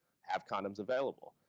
have condoms available.